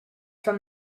from